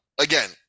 again